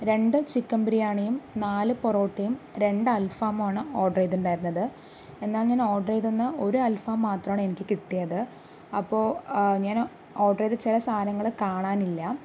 രണ്ട് ചിക്കൻ ബിരിയാണിയും നാല് പൊറോട്ടയും രണ്ട് അൽഫാമുമാണ് ഓർഡർ ചെയ്തിട്ടുണ്ടായിരുന്നത് എന്നാൽ ഞാൻ ഓർഡർ ചെയ്തന്ന് ഒരൽഫാം മാത്രമാണ് എനിക്ക് കിട്ടിയത് അപ്പോൾ ഞാൻ ഓർഡർ ചെയ്ത ചില സാധനങ്ങൾ കാണാനില്ല